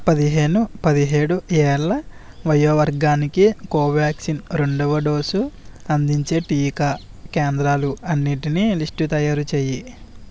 పదిహేను పదిహేడు ఏళ్ళ వయో వర్గానికి కోవ్యాక్సిన్ రెండవ డోసు అందించే టీకా కేంద్రాలు అన్నిటినీ లిస్టు తయారు చేయి